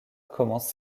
commence